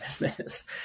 business